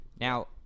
Now